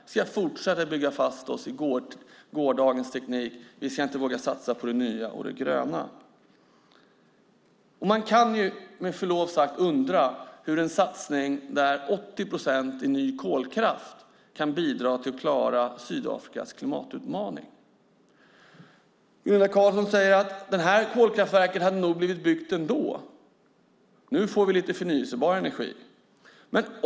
Vi ska fortsätta att bygga fast oss i gårdagens teknik. Vi ska inte våga satsa på det nya och det gröna. Man kan, med förlov sagt, undra hur en satsning på 80 procent ny kolkraft kan bidra till att klara Sydafrikas klimatutmaning. Gunilla Carlsson sade att det här kolkraftverket nog hade blivit byggt ändå och att vi nu får lite förnybar energi.